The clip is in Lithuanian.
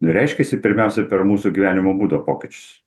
reiškiasi pirmiausia per mūsų gyvenimo būdo pokyčius